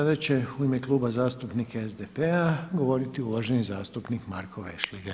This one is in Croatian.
Sada će u ime Kluba zastupnika SDP-a govoriti uvaženi zastupnik Marko VEšligaj.